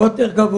הכל יותר גבוה.